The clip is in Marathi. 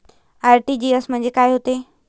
आर.टी.जी.एस म्हंजे काय होते?